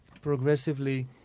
progressively